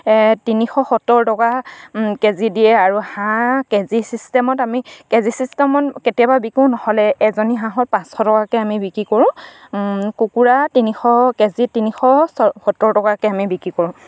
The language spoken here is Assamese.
তিনিশ সত্তৰ টকা কেজি দিয়ে আৰু হাঁহ কেজি ছিষ্টেমত আমি কেজি চিষ্টেমত কেতিয়াবা বিকোঁ নহ'লে এজনী হাঁহৰ পাঁচশ টকাকে আমি বিক্ৰী কৰোঁ কুকুৰা তিনিশ কেজিত তিনিশ সত্তৰ টকাকে আমি বিক্ৰী কৰোঁ